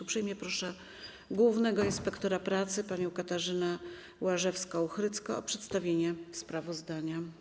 Uprzejmie proszę głównego inspektora pracy panią Katarzynę Łażewską-Hrycko o przedstawienie sprawozdania.